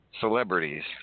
celebrities